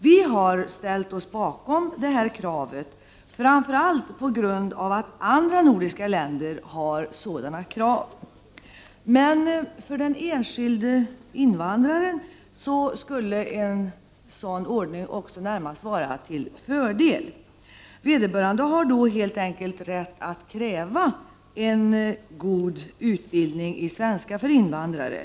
Vi har ställt oss bakom det kravet framför allt på grund av att andra nordiska länder har samma krav, men för den enskilde invandraren skulle en sådan ordning också närmast vara till fördel. Vederbörande har då helt enkelt rätt att kräva en god utbildning i svenska för invandrare.